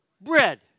bread